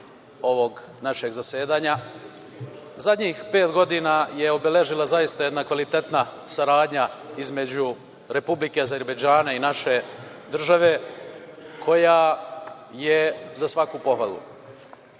ovog našeg zasedanja, zadnjih pet godina je obeležila zaista jedna kvalitetna saradnja između Republike Azerbejdžana i naše države koja je za svaku pohvalu.